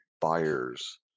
buyers